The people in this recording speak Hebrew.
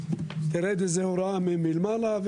שתרד איזו הוראה מלמעלה,